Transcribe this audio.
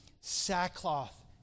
sackcloth